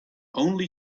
only